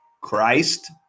Christ